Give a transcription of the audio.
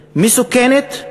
מסוכנת.